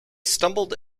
stumbled